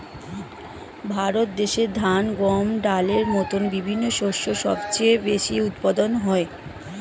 ভারত দেশে ধান, গম, ডালের মতো বিভিন্ন শস্য সবচেয়ে বেশি উৎপাদন হয়